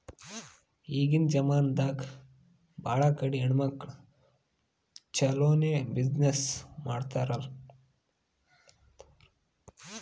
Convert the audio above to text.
ಈಗಿನ್ ಜಮಾನಾದಾಗ್ ಭಾಳ ಕಡಿ ಹೆಣ್ಮಕ್ಕುಳ್ ಛಲೋನೆ ಬಿಸಿನ್ನೆಸ್ ಮಾಡ್ಲಾತಾರ್